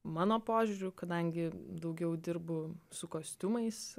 mano požiūriu kadangi daugiau dirbu su kostiumais